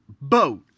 boat